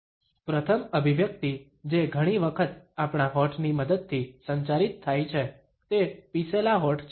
પ્રથમ અભિવ્યક્તિ જે ઘણી વખત આપણા હોઠની મદદથી સંચારિત થાય છે તે પીસેલા હોઠ છે